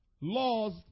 laws